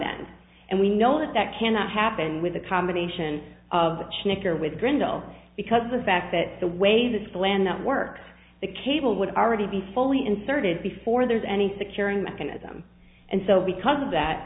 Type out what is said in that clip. end and we know that that cannot happen with a combination of chick or with brindle because the fact that the way this plan that works the cable would already be fully inserted before there's any securing mechanism and so because of that